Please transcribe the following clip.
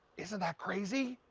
isn't that crazy!